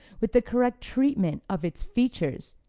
with the correct treatment of its features,